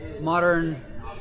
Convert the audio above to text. modern